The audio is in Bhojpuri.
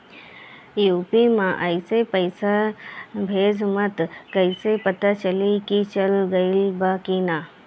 यू.पी.आई से पइसा भेजम त कइसे पता चलि की चल गेल बा की न?